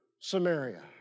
Samaria